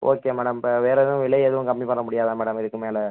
okay madam இப்போ வேறு எதும் விலை எதுவும் கம்மி பண்ண முடியாதா மேடம் இதுக்கு மேல்